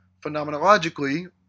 phenomenologically